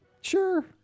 sure